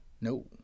No